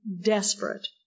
desperate